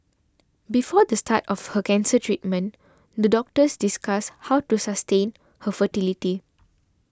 before the start of her cancer treatment the doctors discussed how to sustain her fertility